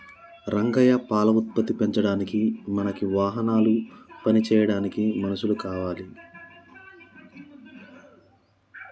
రంగయ్య పాల ఉత్పత్తి చేయడానికి మనకి వాహనాలు పని చేయడానికి మనుషులు కావాలి